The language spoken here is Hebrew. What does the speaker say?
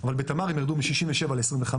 אבל בתמר הם ירדו מ-67 ל-25,